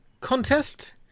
contest